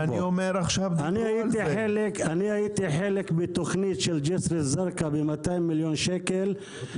אני הייתי חלק מהתכנית של ג'סר א-זרקא ב-200 מיליון ₪,